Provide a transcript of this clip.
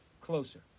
closer